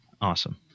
awesome